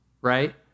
Right